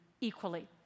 equally